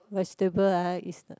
vegetable ah is the